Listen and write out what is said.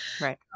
Right